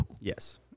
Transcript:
Yes